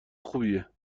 خوبیه